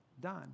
done